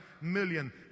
million